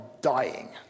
dying